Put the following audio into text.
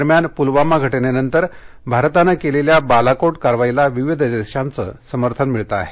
दरम्यान पुलवामा घटनेनंतर भारतानं केलेल्या बालाकोट कारवाईला विविध देशांचं समर्थन मिळत आहे